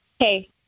Hey